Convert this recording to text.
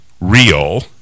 real